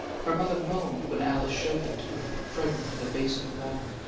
her mother moaned when alice showed them to her, fragrant in a basin of water.